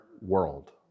world